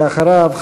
ואחריו,